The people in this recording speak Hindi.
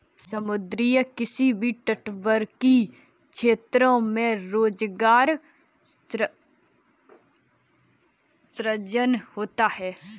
समुद्री किसी से तटवर्ती क्षेत्रों में रोजगार सृजन होता है